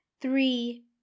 three